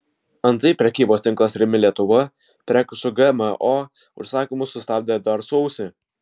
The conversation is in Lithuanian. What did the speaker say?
antai prekybos tinklas rimi lietuva prekių su gmo užsakymus sustabdė dar sausį